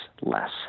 less